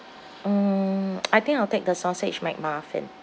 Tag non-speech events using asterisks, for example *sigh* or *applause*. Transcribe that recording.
mm *noise* I think I'll take the sausage McMuffin